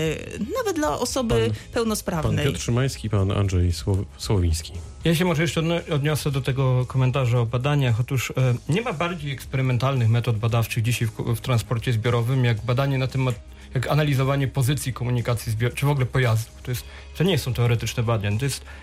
Y, nawet dla osoby Pan- pełnosprawnej. pan Piotr Szymański, pan Andrzej Słow- Słowiński. Ja się może jeszcze odno- odniosę do tego komentarza o badaniach. Otóż, y, nie ma bardziej eksperymentalnych metod badawczych dzisiaj w ku- w transporcie zbiorowym, jak badanie na temat- jak analizowanie pozycji komunikacji zbior- czy w ogóle pojazdów. To jest- to nie są teoretyczne badania. To jest